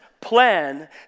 plan